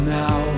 now